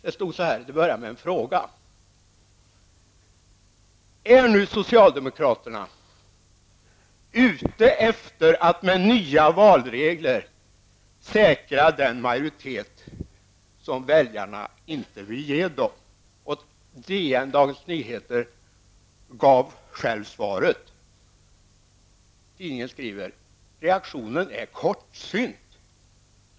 Det började med en fråga: Är nu socialdemokraterna ute efter att med nya valregler säkra den majoritet som väljarna inte vill ge dem? DN gav själv svaret: Reaktionen är kortsynt.